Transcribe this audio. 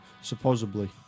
supposedly